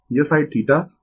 यह साइड θ है